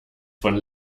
von